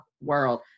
world